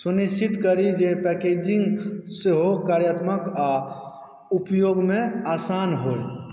सुनिश्चित करी जे पैकेजिङ्ग सेहो कार्यात्मक आ उपयोगमे आसान हो